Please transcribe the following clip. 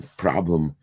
problem